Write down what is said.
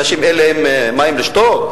אנשים שאין להם מים לשתות,